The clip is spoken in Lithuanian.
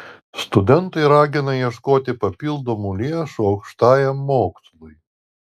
studentai ragina ieškoti papildomų lėšų aukštajam mokslui